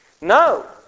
No